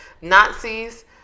nazis